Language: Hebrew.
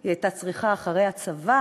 היא הייתה צריכה אחרי הצבא